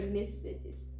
necessities